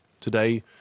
Today